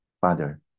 Father